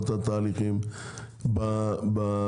לא את התהליכים בממשלה.